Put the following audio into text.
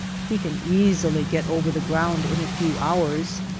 he can easily get over the ground in a few hours.